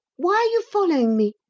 why are you following me?